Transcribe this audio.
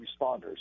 responders